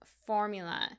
formula